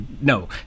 no